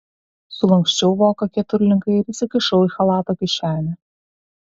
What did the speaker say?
sulanksčiau voką keturlinkai ir įsikišau į chalato kišenę